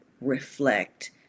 reflect